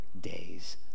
days